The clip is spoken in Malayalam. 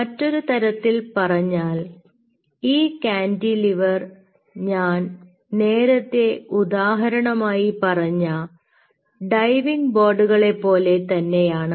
മറ്റൊരു തരത്തിൽ പറഞ്ഞാൽ ഈ കാന്റിലിവർ ഞാൻ നേരത്തെ ഉദാഹരണമായി പറഞ്ഞ ഡൈവിങ് ബോർഡുകളെ പോലെ തന്നെയാണ്